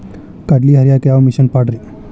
ಕಡ್ಲಿ ಹರಿಯಾಕ ಯಾವ ಮಿಷನ್ ಪಾಡ್ರೇ?